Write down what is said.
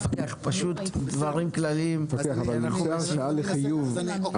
פשוט דברים כלליים כי אנחנו בסיכום,